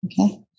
okay